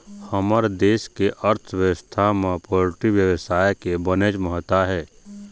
हमर देश के अर्थबेवस्था म पोल्टी बेवसाय के बनेच महत्ता हे